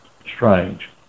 Strange